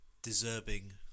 deserving